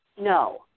No